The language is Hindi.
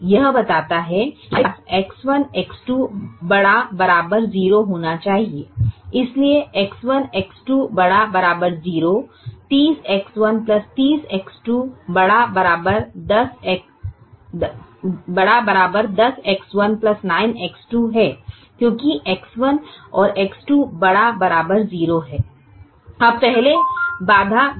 यह बताता है कि हमारे पास X1 X2 ≥ 0 होना चाहिए इसलिए X1 X2 ≥ 0 30X1 30X2 ≥ 10X1 9X2 है क्योंकि X1 और X2 ≥0 है